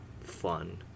fun